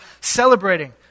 celebrating